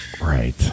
Right